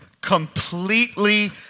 completely